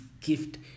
gift